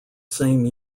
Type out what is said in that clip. same